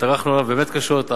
טרחנו עליו באמת קשות,